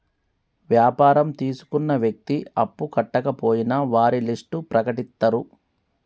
వ్యాపారం తీసుకున్న వ్యక్తి అప్పు కట్టకపోయినా వారి లిస్ట్ ప్రకటిత్తరు